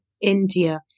India